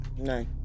No